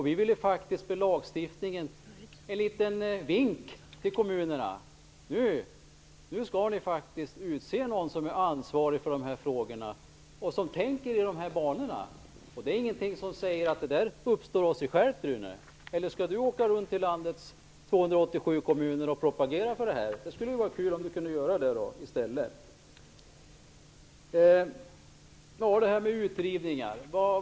Vi vill genom lagstiftningen ge en liten vink till kommunerna att de borde utse någon som är ansvarig för dessa frågor och som tänker i dessa banor. Det är ingenting som säger att sådant uppstår av sig självt. Eller skall Rune Evensson åka runt i landets 287 kommuner och propagera för detta? Det vore kul om han i stället kunde göra det.